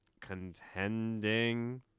contending